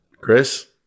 Chris